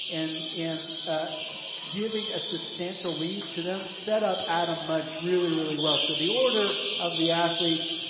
and in giving a substantial lead to them set up adam mudge really, really well. so the order of the athletes,